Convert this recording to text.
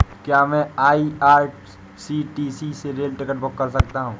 क्या मैं आई.आर.सी.टी.सी से रेल टिकट बुक कर सकता हूँ?